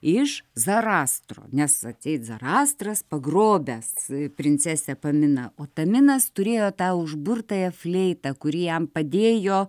iš zarastro nes atseit zarastras pagrobęs princesę paminą o taminas turėjo tą užburtąją fleitą kuri jam padėjo